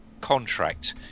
contract